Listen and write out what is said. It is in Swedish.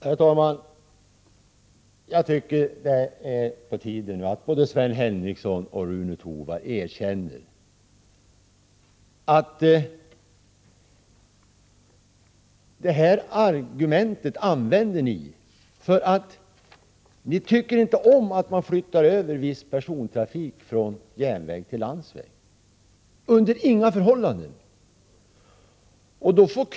Herr talman! Jag tycker det är på tiden att både Sven Henricsson och Rune Torwald nu erkänner att deras förslag är motiverat av att de inte tycker om att man flyttar över viss persontrafik från järnväg till landsväg; under inga förhållanden kan de gå med på det.